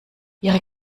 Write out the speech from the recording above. ihre